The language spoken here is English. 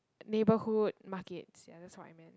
neighbourhood markets ya that's what I mean